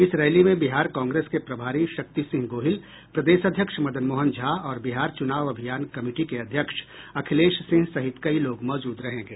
इस रैली में बिहार कांग्रेस के प्रभारी शक्ति सिंह गोहिल प्रदेश अध्यक्ष मदन मोहन झा और बिहार चुनाव अभियान कमिटी के अध्यक्ष अखिलेश सिंह सहित कई लोग मौजूद रहेंगे